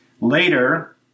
Later